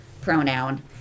pronoun